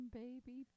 baby